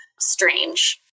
strange